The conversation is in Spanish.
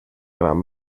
gran